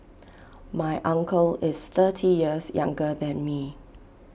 my uncle is thirty years younger than me